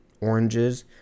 oranges